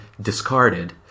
discarded